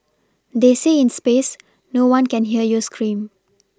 they say in space no one can hear you scream